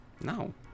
No